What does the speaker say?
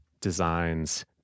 designs